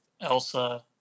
Elsa